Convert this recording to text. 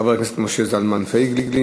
חבר הכנסת משה זלמן פייגלין,